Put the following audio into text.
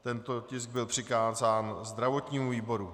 Tento tisk byl přikázán zdravotnímu výboru.